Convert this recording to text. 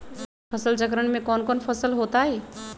फसल चक्रण में कौन कौन फसल हो ताई?